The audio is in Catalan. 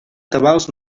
tabals